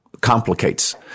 complicates